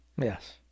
Yes